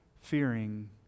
Fearing